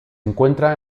encuentra